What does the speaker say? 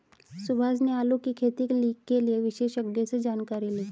सुभाष ने आलू की खेती के लिए विशेषज्ञों से जानकारी ली